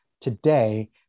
today